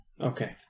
Okay